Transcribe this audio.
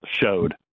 showed